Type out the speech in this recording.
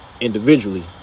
individually